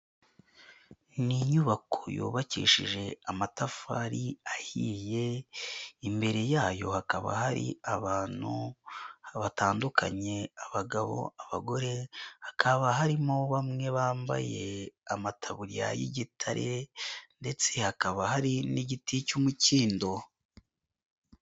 Ni inyubako yubakishije amatafari ahiye imbere yayo hakaba hari abantu batandukanye abagabo, abagore, hakaba harimo bamwe bambaye amataburiya y'igitare ndetse hakaba hari n'igiti cy'umukindo.